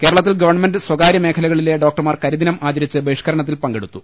കേരളത്തിൽ ഗവൺമെന്റ് സ്വകാര്യ മേഖല കളിലെ ഡോക്ടർമാർ കരിദിനം ആചരിച്ച് ബഹിഷ്കരണത്തിൽ പങ്കെടു ത്തു